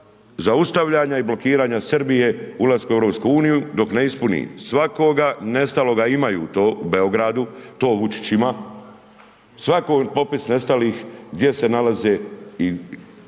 zaustavljanja i blokiranja Srbije ulaskom u EU, dok ne ispuni svakoga, nestaloga, imaju to u Beogradu, to Vučić ima, svako popis nestalih gdje se nalaze i točno